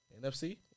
NFC